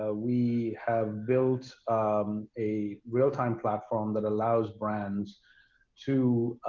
ah we have built um a real-time platform that allows brands to